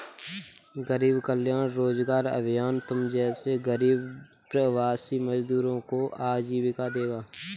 गरीब कल्याण रोजगार अभियान तुम जैसे गरीब प्रवासी मजदूरों को आजीविका देगा